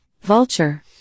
Vulture